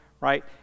right